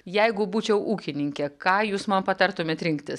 jeigu būčiau ūkininkė ką jūs man patartumėt rinktis